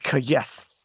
Yes